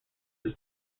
his